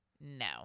No